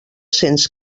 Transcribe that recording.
sents